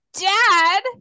dad